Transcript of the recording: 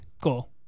Cool